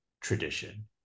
tradition